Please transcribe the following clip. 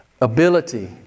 ability